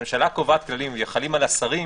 כשהממשלה קובעת כללים והם חלים על השרים,